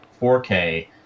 4K